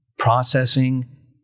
processing